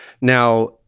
Now